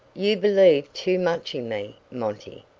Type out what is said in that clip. you believed too much in me, monty.